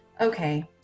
Okay